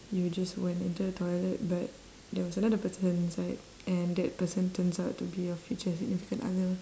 you just went into the toilet but there was another person inside and that person turns out to be your future significant other